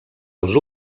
els